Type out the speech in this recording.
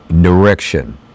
direction